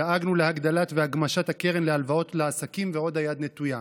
דאגנו להגדלת והגמשת הקרן להלוואות לעסקים והיד עוד נטויה.